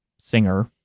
singer